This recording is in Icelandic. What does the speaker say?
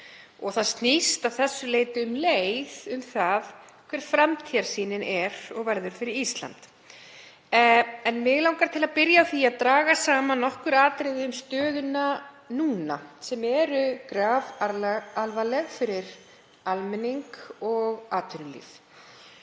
Það snýst að þessu leyti um leið um það hver framtíðarsýnin er og verður fyrir Ísland. Mig langar til að byrja á því að draga saman nokkur atriði um stöðuna núna sem er grafalvarleg fyrir almenning og atvinnulíf.